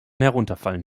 herunterfallen